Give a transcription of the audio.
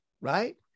right